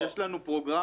יש לנו פרוגרמה.